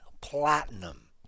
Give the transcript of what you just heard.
platinum